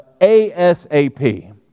ASAP